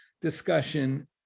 discussion